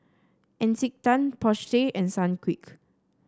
Encik Tan Porsche and Sunquick